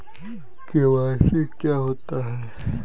KYC क्या होता है?